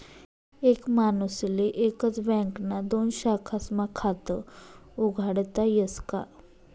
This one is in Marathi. एक माणूसले एकच बँकना दोन शाखास्मा खातं उघाडता यस का?